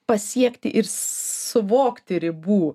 pasiekti ir suvokti ribų